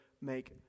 make